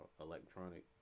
electronic